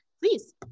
please